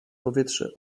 powietrze